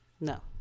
no